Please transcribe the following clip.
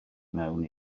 mewn